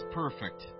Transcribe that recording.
perfect